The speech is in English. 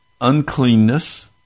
uncleanness